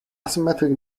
asymmetric